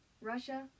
Russia